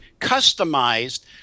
customized